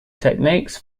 techniques